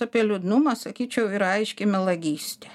apie liūdnumą sakyčiau yra aiški melagystė